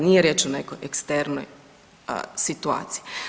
Nije riječ o nekoj eksternoj situaciji.